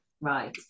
right